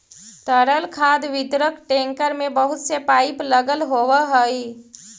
तरल खाद वितरक टेंकर में बहुत से पाइप लगल होवऽ हई